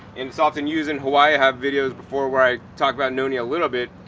and it's often used in hawaii, i have videos before where i talk about noni a little bit.